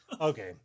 Okay